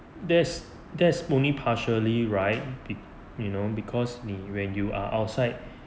that's that's only partially right you know because when you are outside